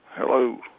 Hello